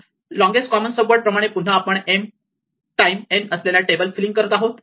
longest common subword प्रमाणे पुन्हा आपण m टाईम n असलेला टेबल फिलिंग करत आहोत